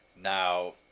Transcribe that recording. Now